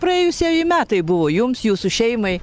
praėjusieji metai buvo jums jūsų šeimai